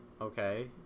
okay